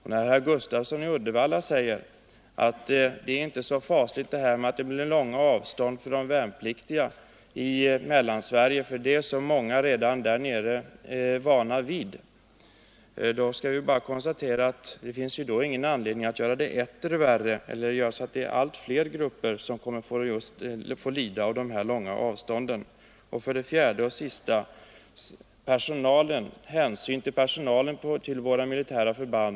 Herr Gustafsson i Uddevalla säger att det är inte så förfärligt att det blir långa avstånd för de värnpliktiga i Mellansverige, för det är många här nere redan vana vid. Men det finns ju inten anledning att göra det etter värre, så att allt fler gruper får lida av dessa långa avstånd. 4. Hänsyn till personalen på våra militära förband.